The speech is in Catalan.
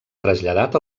traslladat